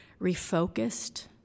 refocused